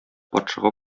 патшага